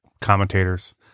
commentators